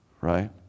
Right